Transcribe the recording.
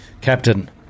Captain